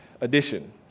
edition